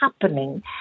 happening